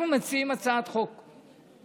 אנחנו מציעים הצעת חוק,